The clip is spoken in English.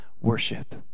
worship